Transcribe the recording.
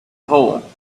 hole